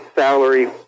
salary